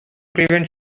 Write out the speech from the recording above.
prevent